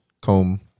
comb